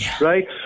right